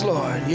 Lord